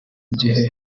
gihe